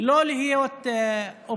לא להיות אופוזיציה?